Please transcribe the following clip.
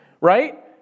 Right